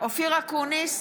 אופיר אקוניס,